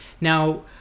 now